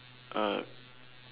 uh